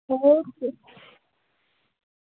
okay